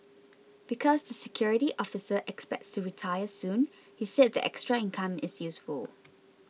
because the security officer expects to retire soon he said the extra income is useful